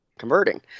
Converting